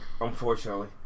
unfortunately